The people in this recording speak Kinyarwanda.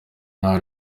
nta